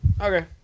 okay